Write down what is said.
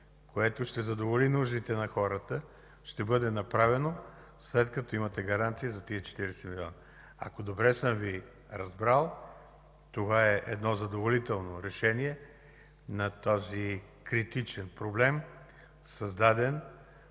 което ще задоволи нуждите на хората, ще бъде направено след като имате гаранция за тези 40 милиона. Ако добре съм Ви разбрал, това е едно задоволително решение на този критичен проблем, създаден